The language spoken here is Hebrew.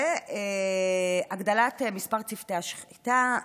הגדלת מספר צוותי השחיטה,